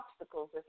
obstacles